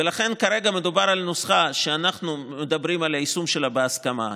ולכן כרגע מדובר על נוסחה שאנחנו מדברים על יישום שלה בהסכמה,